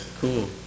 cool